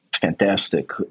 fantastic